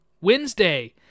Wednesday